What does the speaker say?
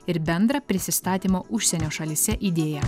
ir bendrą prisistatymo užsienio šalyse idėją